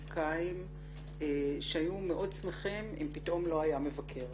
פוליטיקאים שהיו מאוד שמחים אם פתאום לא היה מבקר.